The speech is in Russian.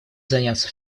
заняться